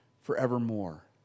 forevermore